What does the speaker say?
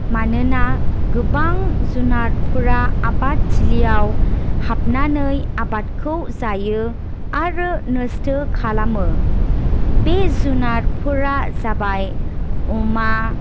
मानोना गोबां जुनारफोरा आबाद थिलियाव हाबनानै आबादखौ जायो आरो नस्ट' खालामो बे जुनारफोरा जाबाय अमा